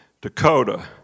Dakota